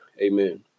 Amen